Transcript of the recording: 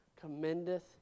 commendeth